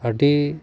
ᱟᱹᱰᱤ